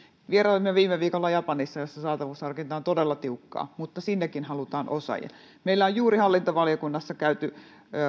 vierailimme viime viikolla japanissa missä saatavuusharkinta on todella tiukkaa mutta sinnekin halutaan osaajia meillä on juuri hallintovaliokunnassa käyty